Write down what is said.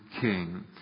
king